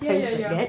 ya ya ya